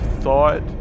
thought